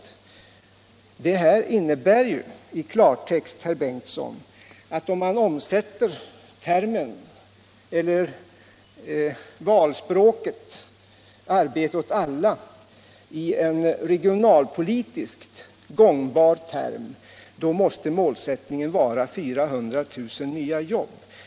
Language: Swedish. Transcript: Allmänpolitisk debatt Allmänpolitisk debatt Det här innebär ju i klartext, herr Ingemund Bengtsson, att om man omsätter valspråket ”arbete åt alla” i en regionalpolitiskt gångbar term, måste målet vara 400 000 nya jobb.